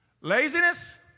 Laziness